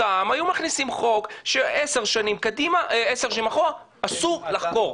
העם היו מכניסים חוק שעשר שנים אחורה אסור לחקור,